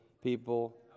people